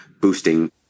boosting